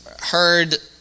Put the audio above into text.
heard